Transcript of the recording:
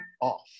off